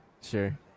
Sure